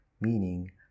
meaning